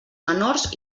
menors